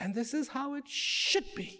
and this is how it should be